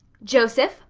joseph,